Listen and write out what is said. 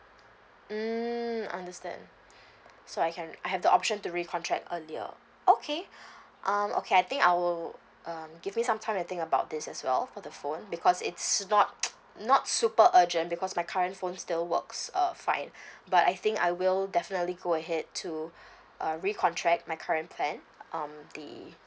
mm understand so I can I have the option to recontract earlier okay um okay I think I will um give me some time to think about this as well for the phone because it's not not super urgent because my current phone still works err fine but I think I will definitely go ahead to uh recontract my current plan um the